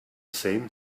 same